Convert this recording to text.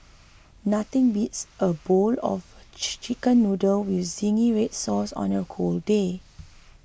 nothing beats a bowl of Chicken Noodles with Zingy Red Sauce on a cold day